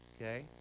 Okay